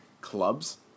clubs